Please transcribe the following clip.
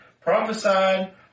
prophesied